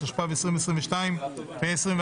התשפ"ב 2022 (פ3132/24),